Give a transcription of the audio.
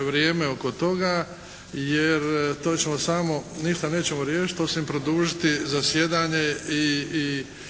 vrijeme oko toga jer to ćemo samo, ništa nećemo riješiti osim produžiti zasjedanje i